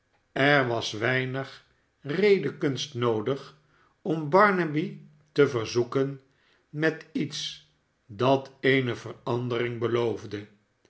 er was weinig redekunst noodig om barnaby te verzoenen met iets dat eene verandering beloofde